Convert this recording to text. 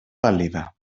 pàl·lida